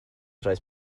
roedd